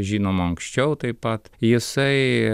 žinoma anksčiau taip pat jisai